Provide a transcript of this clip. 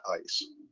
ice